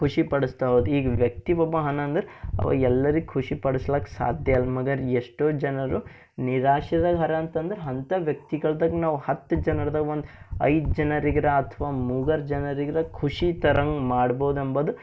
ಖುಷಿಪಡಿಸ್ತಾ ಹೋದೆ ಈಗ ವ್ಯಕ್ತಿಗೊಬ್ಬ ಆನ್ ಅಂದರೆ ಎಲ್ಲರಿಗೆ ಖುಷಿ ಪಡಸ್ಲಕ್ಕ ಸಾಧ್ಯ ಇಲ್ಲ ಮಗರ್ ಎಷ್ಟೋ ಜನರು ನಿರಾಶೆದಾಗ ಅರ ಅಂತಂದರೆ ಅಂಥ ವ್ಯಕ್ತಿಗಳ್ದಾಗ ನಾವು ಹತ್ತು ಜನರ್ದಾಗ ಒಂದು ಐದು ಜನರಿಗರ ಅಥವಾ ಮೂಗರ ಜನರಿಗೆರ ಖುಷಿ ತರಂಗ್ ಮಾಡಬೋದು ಅಂಬದು